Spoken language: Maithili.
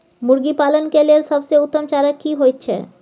मुर्गी पालन के लेल सबसे उत्तम चारा की होयत छै?